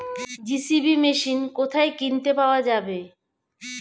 JCB machine কোথায় কিনতে পাওয়া যাবে?